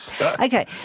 Okay